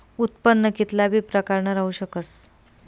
उत्पन्न कित्ला बी प्रकारनं राहू शकस